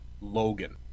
Logan